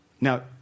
Now